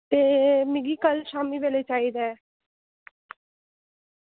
ते मिगी कल शाम्मी वेल्लै चाहिदा ऐ